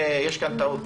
אני חושב שיש כאן טעות.